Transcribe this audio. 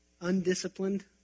undisciplined